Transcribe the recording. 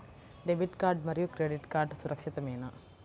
Debit card మరియు credit card సురక్షితమేనా?